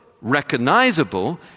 recognizable